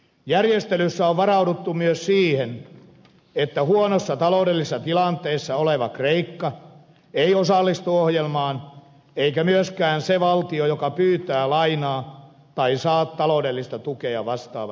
järjestelyssä on varauduttu myös siihen että huonossa taloudellisessa tilanteessa oleva kreikka ei osallistu ohjelmaan eikä myöskään se valtio joka pyytää lainaa tai saa taloudellista tukea vastaavasta ohjelmasta